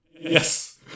Yes